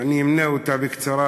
ואני אמנה בקצרה,